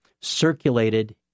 circulated